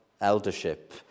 eldership